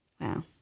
Wow